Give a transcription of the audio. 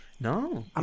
No